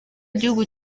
gihugu